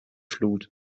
flut